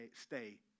stay